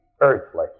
earthly